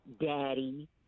daddy